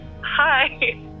hi